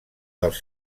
dels